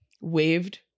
Waved